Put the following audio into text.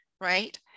right